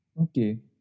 Okay